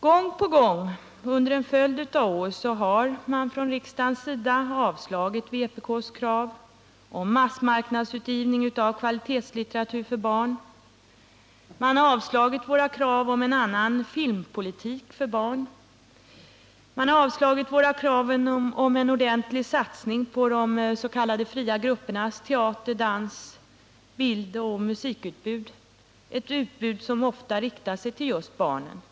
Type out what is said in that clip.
Gång på gång under en följd av år har riksdagen avslagit vpk:s krav på massmarknadsutgivning av kvalitetslitteratur för barn, på en annan filmpolitik för barn, på en ordentlig satsning på dess.k. fria gruppernas teater-, dans-, bildoch musikutbud, ett utbud som ofta riktar sig till just barnen.